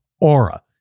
Aura